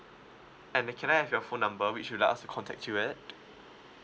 and uh can I have your phone number which will let us to contact you at